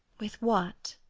with what?